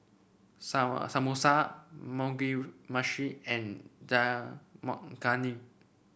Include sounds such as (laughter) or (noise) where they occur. (unintelligible) Samosa Mugi Meshi and Dal Makhani